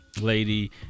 Lady